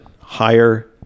higher